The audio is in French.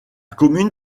commune